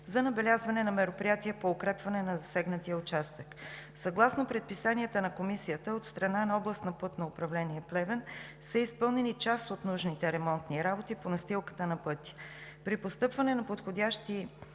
за набелязване на мероприятия по укрепване на засегнатия участък. Съгласно предписанията на Комисията от страна на Областно пътно управление – Плевен, са изпълнени част от нужните ремонтни работи по настилката на пътя. При настъпване на подходящи